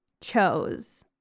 chose